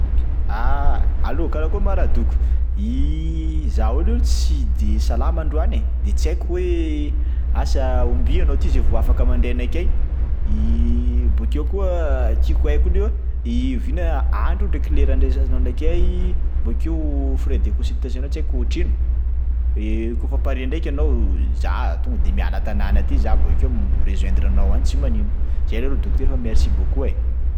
Ah, allo! Karak 么 ry ma radoko za io leroa tsy de salama androany e de tsy haiko hoe asa ombia anao ty zay vao afaka manday anakay? B 么 keo koa tiko hay koa leroa i vina andro ndraiky lera andraisanao nakay? B 么 keo frais de consultation anao tsy aiko otrino? Kaofa pare ndraiky anao za tonga de miala atanana aty za b 么 keo mirejoindre anao any tsy manino zay leroa dokotera fa merci beaucoup e.